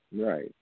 Right